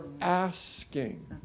asking